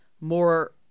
more